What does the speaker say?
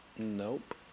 nope